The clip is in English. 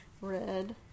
red